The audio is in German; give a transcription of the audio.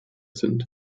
sind